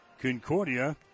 Concordia